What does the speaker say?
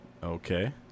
Okay